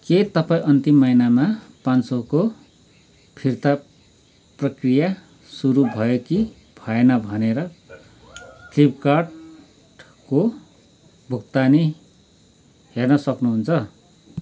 के तपाईँ अन्तिम महिनामा पाचँ सौ को फिर्ता प्रक्रिया सुरु भयो कि भएन भनेर फ्लिपकार्ट को भुक्तानी हेर्न सक्नुहुन्छ